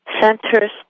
Centers